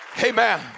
Amen